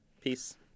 Peace